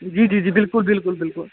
जी जी जी बिल्कुल बिल्कुल बिल्कुल